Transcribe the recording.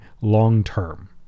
long-term